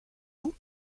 vous